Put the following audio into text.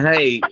Hey